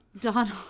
Donald